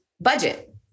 budget